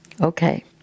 Okay